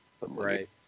Right